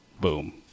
Boom